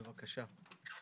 בבקשה.